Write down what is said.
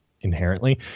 inherently